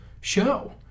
show